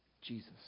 Jesus